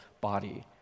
body